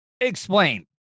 Explain